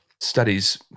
studies